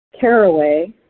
caraway